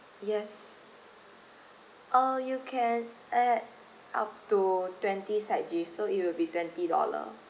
yes uh you can add up to twenty side dishes so it will be twenty dollars